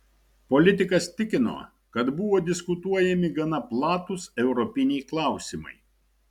politikas tikino kad buvo diskutuojami gana platūs europiniai klausimai